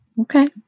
Okay